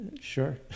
Sure